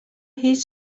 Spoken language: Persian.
هیچ